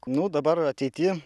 nu dabar ateity